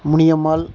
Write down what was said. Muniammal